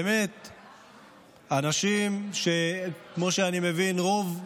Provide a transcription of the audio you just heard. באמת אנשים, כמו שאני מבין, הרוב,